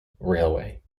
railway